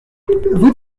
vous